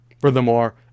Furthermore